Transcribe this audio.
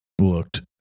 looked